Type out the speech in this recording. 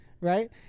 right